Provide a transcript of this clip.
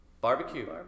Barbecue